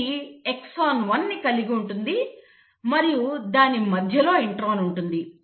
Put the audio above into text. ఇది ఎక్సాన్ 1 ని కలిగి ఉంటుంది మరియు దాని మధ్యలో ఇంట్రాన్ ఉంటుంది